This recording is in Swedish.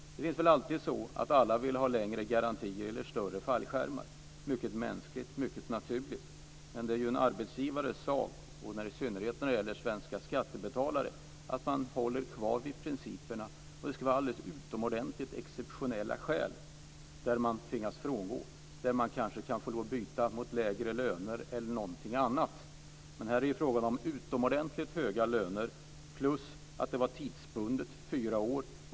Det är väl alltid så att alla vill ha längre garantier eller större fallskärmar. Det är mycket mänskligt och mycket naturligt. Men det är ju en arbetsgivares sak - i synnerhet när det gäller svenska skattebetalare - att hålla kvar vid principerna. Det ska vara alldeles utomordentligt exceptionella skäl om man tvingas frångå detta. Man kanske kan få lov att byta det hela mot lägre löner eller någonting annat. Men här är det ju fråga om utomordentligt höga löner, plus att det hela var tidsbundet i fyra år.